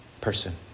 person